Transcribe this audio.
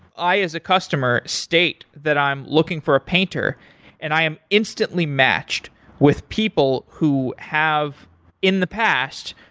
i as a customer state that i'm looking for a painter and i am instantly matched with people who have in the past,